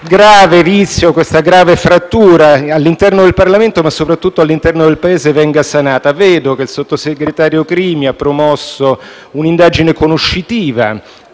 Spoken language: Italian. grave vizio, questa grave frattura all'interno del Parlamento, ma soprattutto all'interno del Paese, venga sanata. Vedo che il sottosegretario Crimi ha promosso un'indagine conoscitiva